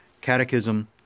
Catechism